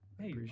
Hey